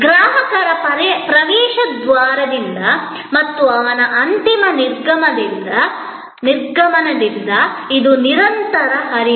ಗ್ರಾಹಕರ ಪ್ರವೇಶದ್ವಾರದಿಂದ ಮತ್ತು ಅವನ ಅಂತಿಮ ನಿರ್ಗಮನದಿಂದ ಇದು ನಿರಂತರ ಹರಿವು